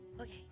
Okay